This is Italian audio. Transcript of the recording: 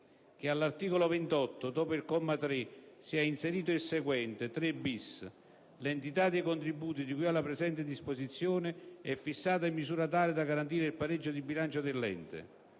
che all'articolo 28, dopo il comma 3, sia inserito il seguente: "3-*bis*. L'entità dei contributi di cui alla presente disposizione è fissata in misura tale da garantire il pareggio di bilancio dell'ente.";